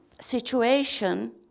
situation